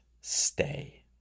stay